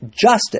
justice